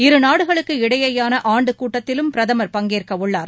இருநாடுகளுக்கு இடையேயான ஆண்டு கூட்டத்திலும் பிரதமர் பங்கேற்க உள்ளார்